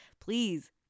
Please